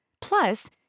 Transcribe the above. Plus